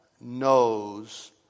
knows